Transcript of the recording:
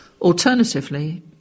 Alternatively